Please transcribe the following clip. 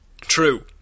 True